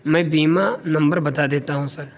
میں بیمہ نمبر بتا دیتا ہوں سر